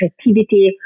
creativity